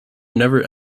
never